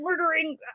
murdering